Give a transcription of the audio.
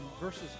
verses